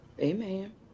amen